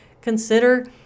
consider